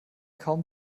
kaum